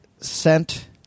sent